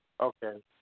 Okay